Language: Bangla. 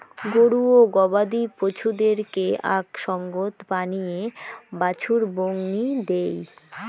গরু ও গবাদি পছুদেরকে আক সঙ্গত পানীয়ে বাছুর বংনি দেই